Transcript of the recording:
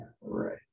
Right